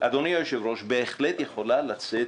אדוני היושב-ראש, בהחלט יכולה לצאת